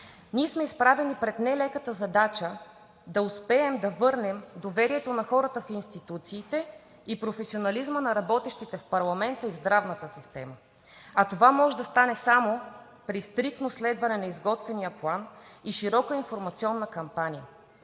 ние сме изправени пред нелеката задача да успеем да върнем доверието на хората в институциите и професионализма на работещите в парламента и в здравната система, а това може да стане само при стриктното следване на изготвения план и широка информационна кампания.